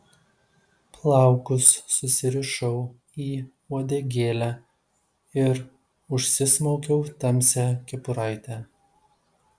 plaukus susirišau į uodegėlę ir užsismaukiau tamsią kepuraitę